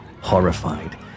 horrified